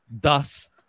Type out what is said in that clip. thus